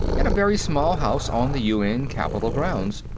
in a very small house on the un capitol grounds.